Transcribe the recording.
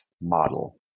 model